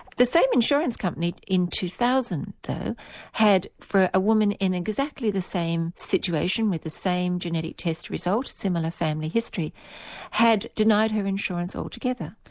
the same insurance company in two thousand though had for a woman in exactly the same situation, with the same genetic test result, similar family history had denied her insurance altogether.